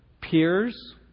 peers